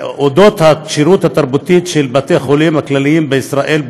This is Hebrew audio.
הכשירות התרבותית של בתי החולים הכלליים בישראל,